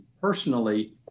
personally